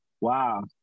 Wow